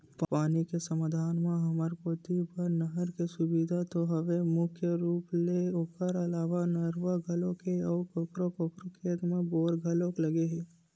पानी के साधन म हमर कोती बर नहर के सुबिधा तो हवय मुख्य रुप ले ओखर अलावा नरूवा घलोक हे अउ कखरो कखरो खेत म बोर घलोक लगे हे